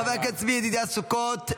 חבר הכנסת צבי ידידיה סוכות,